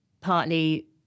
partly